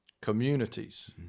communities